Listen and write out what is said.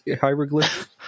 hieroglyph